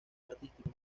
artístico